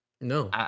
No